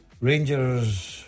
Rangers